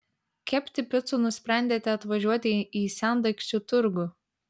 kepti picų nusprendėte atvažiuoti į sendaikčių turgų